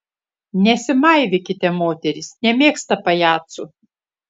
nesimaivykite moterys nemėgsta pajacų